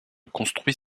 construit